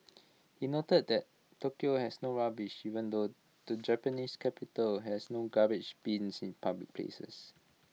he noted that Tokyo has no rubbish even though the Japanese capital has no garbage bins in public places